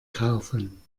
kaufen